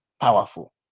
powerful